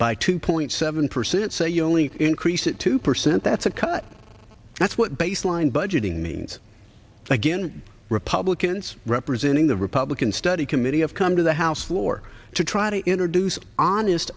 by two point seven percent say you only increase it two percent that's a cut that's what baseline budgeting means again republicans representing the republican study committee have come to the house floor to try to introduce honest